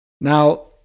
Now